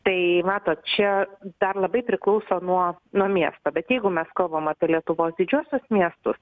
tai matot čia dar labai priklauso nuo nuo miesto bet jeigu mes kalbam apie lietuvos didžiuosius miestus